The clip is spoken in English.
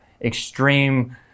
extreme